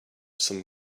some